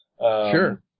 Sure